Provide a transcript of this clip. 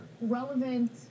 relevant